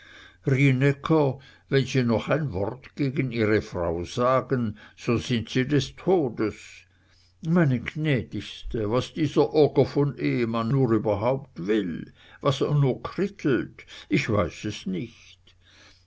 wenn sie noch ein wort gegen ihre frau sagen so sind sie des todes meine gnädigste was dieser oger von ehemann nur überhaupt will was er nur krittelt ich weiß es nicht